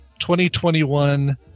2021